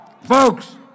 Folks